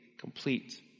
complete